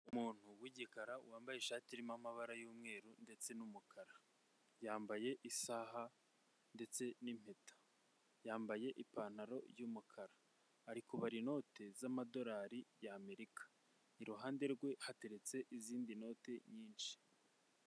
Umuntu w'igikara wambaye ishati irimo amabara y'umweru ndetse n'umukara; yambaye isaha ndetse n'impeta, yambaye ipantaro y'umukara. Ari kubara inote z'amadolari y'Amerika iruhande rwe hateretse izindi note nyinshi.